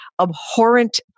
abhorrent